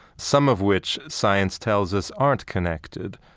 some of which science tells us aren't connected.